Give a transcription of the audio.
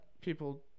people